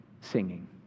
singing